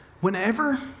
Whenever